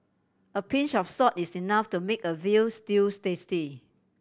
a pinch of salt is enough to make a veal stews tasty